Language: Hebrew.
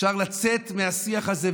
אפשר לצאת מהשיח הזה,